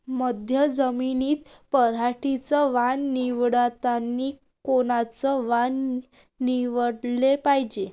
मध्यम जमीनीत पराटीचं वान निवडतानी कोनचं वान निवडाले पायजे?